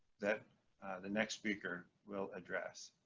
that the next speaker will address.